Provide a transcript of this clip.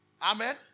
Amen